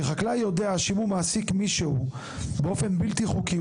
כי חקלאי יודע שאם הוא מעסיק מישהו באופן בלתי חוקי,